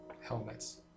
helmets